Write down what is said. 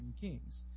Kings